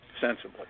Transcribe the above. sensibly